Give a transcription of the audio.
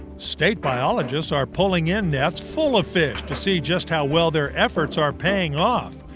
state biologists are pulling in nets full of fish to see just how well their efforts are paying off.